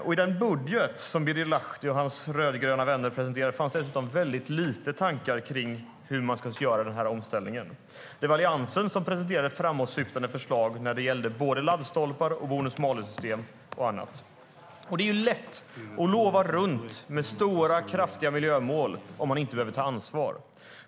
I den budget som Birger Lahti och hans rödgröna vänner presenterade fanns dessutom väldigt lite tankar om hur man ska göra denna omställning. Det var Alliansen som presenterade framåtsyftande förslag när det gäller såväl laddstolpar som bonus-malus-system och annat. Det är lätt att lova runt med stora, kraftiga miljömål om man inte behöver ta ansvar.